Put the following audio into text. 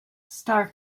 star